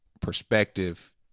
perspective